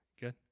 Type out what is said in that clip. Good